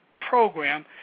program